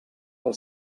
pel